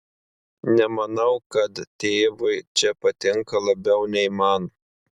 nemanau kad tėvui čia patinka labiau nei man